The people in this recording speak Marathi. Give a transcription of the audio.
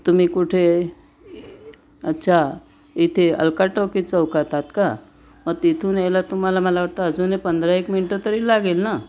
तुम्ही कुठे अच्छा इथे अलका टाकी चौकात आहात का मग तिथून यायला तुम्हाला मला वाटतं अजूनही पंधरा एक मिनटं तरी लागेल ना